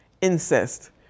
incest